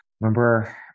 remember